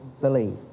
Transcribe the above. believe